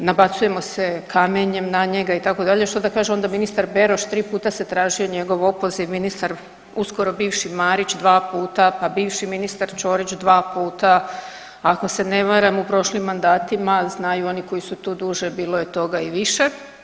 Nabacujemo se kamenjem na njega itd., što da kaže onda ministar Beroš, 3 puta se tražio njegov opoziv, ministar uskoro bivši Marić 2 puta, pa bivši ministar Čorić 2 puta, ako se ne varam u prošlim mandatima znaju oni koji su tu duže, bilo je toga i više.